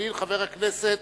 אחרי דב חנין יבוא חבר הכנסת